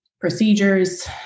procedures